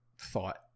thought